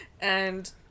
And-